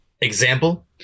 Example